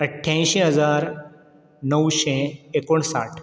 अठ्ठ्यांयशीं हजार णवशें एकोणसाठ